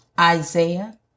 Isaiah